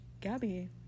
Gabby